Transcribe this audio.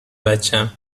بچم